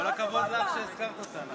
הכבוד לך שהזכרת אותה.